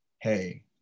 hey